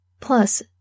plus